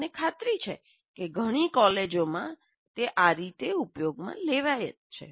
મને ખાતરી છે કે ઘણી કોલેજોમાં તે આ રીતે ઉપયોગમાં લેવાય જ છે